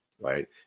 right